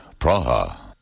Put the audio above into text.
Praha